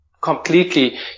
completely